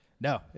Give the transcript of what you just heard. No